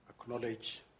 acknowledge